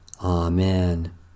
Amen